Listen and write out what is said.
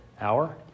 hour